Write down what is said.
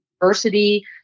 diversity